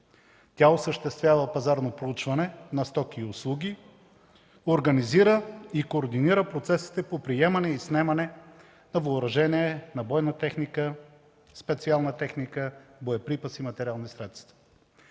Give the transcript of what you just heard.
Тя осъществява пазарно проучване на стоки и услуги, организира и координира процесите по приемане и снемане от въоръжение на бойна техника, специална техника, боеприпаси, материални средства!